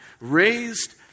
raised